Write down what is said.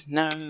no